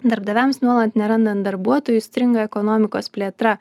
darbdaviams nuolat nerandant darbuotojų stringa ekonomikos plėtra